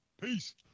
peace